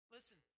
Listen